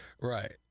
right